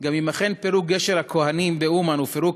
גם אם אכן פירוק גשר הכוהנים באומן ופירוק